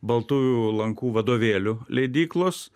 baltųjų lankų vadovėlių leidyklos